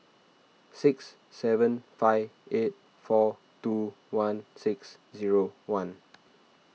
six seven five eight four two one six zero one